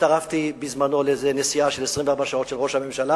הצטרפתי בזמני לאיזו נסיעה של 24 שעות של ראש הממשלה.